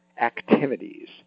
activities